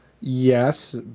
Yes